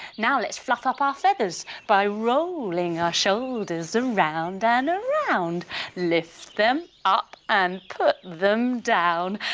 now let's fluff up our feathers by rolling our shoulders around and around, lift them up and put them down.